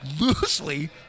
loosely